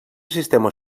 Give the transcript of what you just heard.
sistema